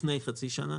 לפני חצי שנה,